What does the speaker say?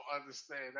understand